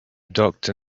doctor